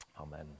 Amen